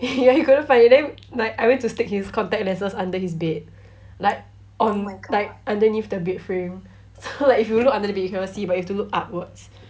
ya he couldn't find it then like I went to stick his contact lenses under his bed like um like underneath the bedframe so like if you look under the bed you cannot see but you have to look upwards